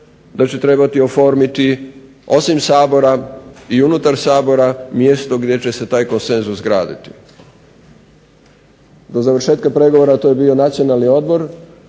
da će trebati oformiti osim Sabora i unutar Sabora mjesto gdje će se taj konsenzus graditi. Do završetka pregovora to je bio Nacionalni odbor,